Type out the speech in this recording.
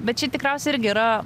bet čia tikriausia irgi yra